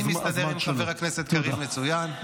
אני מסתדר עם חבר הכנסת קריב מצוין.